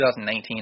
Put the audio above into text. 2019